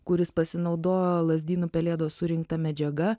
kuris pasinaudojo lazdynų pelėdos surinkta medžiaga